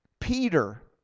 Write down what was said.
Peter